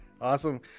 Awesome